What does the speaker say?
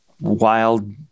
wild